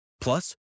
Plus